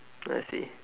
I see